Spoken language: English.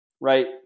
right